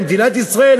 למדינת ישראל,